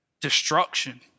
destruction